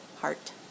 Heart